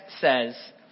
says